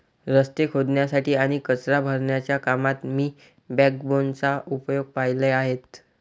रस्ते खोदण्यासाठी आणि कचरा भरण्याच्या कामात मी बॅकबोनचा उपयोग पाहिले आहेत